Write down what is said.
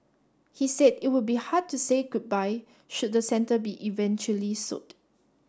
he said it would be hard to say goodbye should the centre be eventually sold